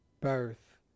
birth